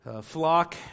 flock